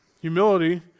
Humility